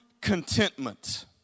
Contentment